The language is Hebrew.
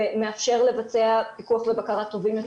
זה מאפשר לבצע פיקוח ובקרה טובים יותר